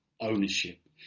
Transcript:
ownership